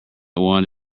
one